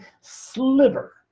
sliver